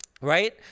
Right